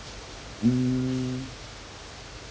mm